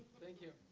thank you.